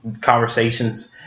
conversations